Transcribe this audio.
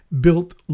built